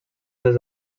dels